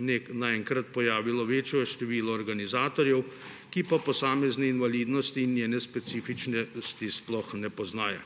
naenkrat pojavilo večje število organizatorjev, ki pa posamezne invalidnosti in njene specifičnosti sploh ne poznajo.